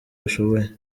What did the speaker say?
bashoboye